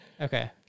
Okay